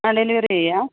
ആ ഡെലിവറി ചെയ്യാം